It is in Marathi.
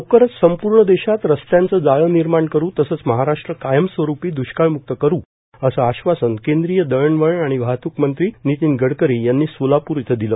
लवकरच संपूर्ण देशात रस्त्यांचं जाळे निर्माण करू तसंच महाराष्ट्र कायमस्वरूपी दुष्काळमुक्त करू असं आश्वासन केंद्रीय दळणवळण आणि वाहत्रक मंत्री नितीन गडकरी यांनी सोलापूर इथं दिलं